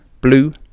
blue